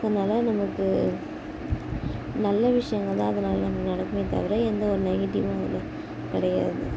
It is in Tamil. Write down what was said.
அதனால் நமக்கு நல்ல விஷயங்கள் தான் அதில் நமக்கு நடக்குமே தவிர எந்தவொரு நெகட்டிவும் அதில் கிடையாது